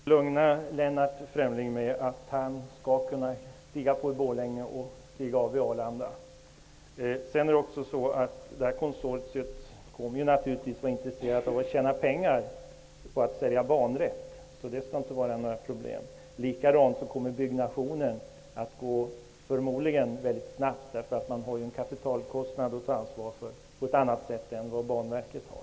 Herr talman! Jag skall lugna Lennart Fremling med att säga att han skall kunna stiga på i Borlänge och stiga av vid Arlanda. Det här konsortiet kommer naturligtvis att vara intresserat av att tjäna pengar på att sälja banrätt. Det skall inte vara något problem. Likadant kommer byggnationen förmodligen att gå väldigt snabbt, därför att konsortiet har en kapitalkostnad och ett ansvar på ett annat sätt än Banverket har.